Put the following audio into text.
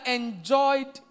enjoyed